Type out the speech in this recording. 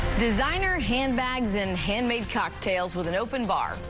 designer handbags and handmade cocktails with an open bar.